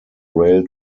rail